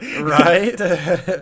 right